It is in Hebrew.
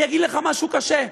אני אגיד לך משהו קשה: